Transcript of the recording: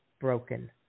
broken